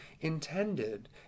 intended